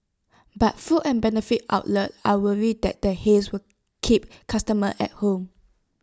but food and beverage outlets are worried that the haze will keep customers at home